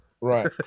Right